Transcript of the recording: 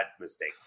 mistake